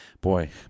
boy